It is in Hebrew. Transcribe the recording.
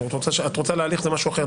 את רוצה להליך, זה משהו אחר.